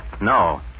No